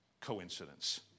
coincidence